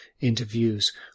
interviews